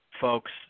folks